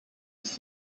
ist